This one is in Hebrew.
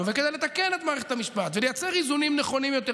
וכדי לתקן את מערכת המשפט ולייצר איזונים נכונים יותר,